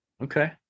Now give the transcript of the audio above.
Okay